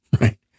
Right